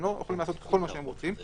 הם לא יכולים לעשות כל מה שהם רוצים.